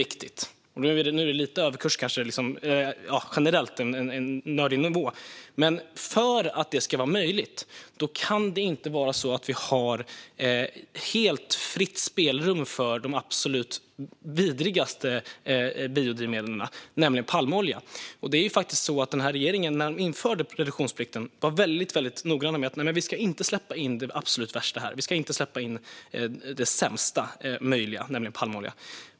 För att detta ska vara möjligt - och det är kanske lite överkurs - kan det inte vara ett helt fritt spelrum för det absolut vidrigaste biodrivmedlet, nämligen palmolja. När den här regeringen införde reduktionsplikten var man väldigt noggrann med att vi inte ska släppa in det allra värsta biodrivmedlet här. Vi ska inte släppa in det sämsta möjliga, nämligen palmolja.